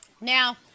Now